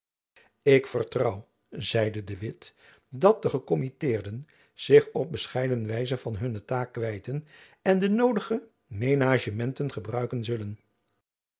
ik vertrouw zeide de witt dat de gekommitteerden zich op bescheiden wijze van hunne taak kwijten en de noodige menagementen gebruiken zullen